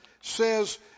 says